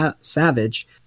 Savage